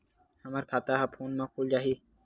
हमर खाता ह फोन मा खुल जाही?